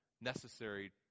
necessary